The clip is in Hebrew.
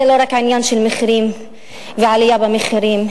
זה לא רק עניין של מחירים ועלייה במחירים.